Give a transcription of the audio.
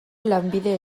lanbide